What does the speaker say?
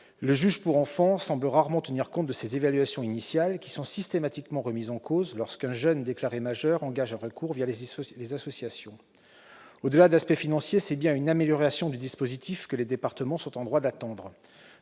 le juge des enfants semble rarement tenir compte de ces évaluations initiales, qui sont systématiquement remises en cause lorsqu'un jeune déclaré majeur engage un recours les associations. Au-delà de l'aspect financier, c'est bien une amélioration du dispositif que les départements sont en droit d'attendre.